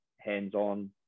hands-on